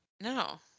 No